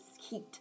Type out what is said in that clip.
heat